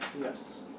Yes